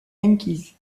yankees